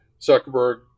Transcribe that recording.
Zuckerberg